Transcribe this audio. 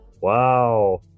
Wow